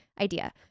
idea